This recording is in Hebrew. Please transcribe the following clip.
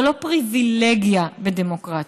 זה לא פריבילגיה בדמוקרטיה.